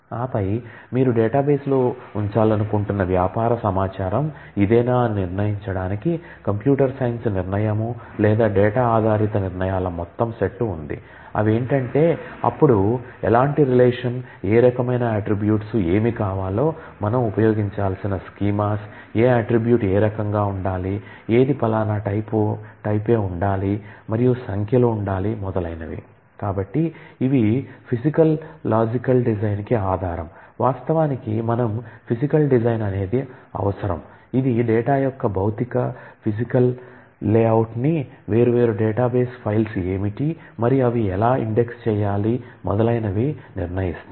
ఆపై మీరు డేటాబేస్లో ఉంచాలనుకుంటున్న వ్యాపార సమాచారం ఇదేనా అని నిర్ణయించడానికి కంప్యూటర్ సైన్స్ నిర్ణయం లేదా డేటా ఆధారిత నిర్ణయాల మొత్తం సెట్ ఉంది అవేంటంటే అప్పుడు ఎలాంటి రేలషన్ వేర్వేరు డేటాబేస్ ఫైల్స్ ఏమిటి మరియు అవి ఎలా ఇండెక్స్ చేయాలి మొదలైనవి నిర్ణయిస్తాయి